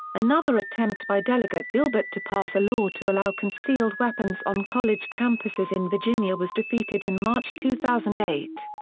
another attempt by delegate gilbert to pass a law to allow concealed weapons on college campuses in virginia was defeated in march two thousand and eight.